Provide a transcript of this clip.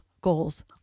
goals